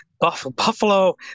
Buffalo